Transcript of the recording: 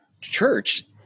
church